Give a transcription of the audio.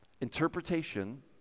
Interpretation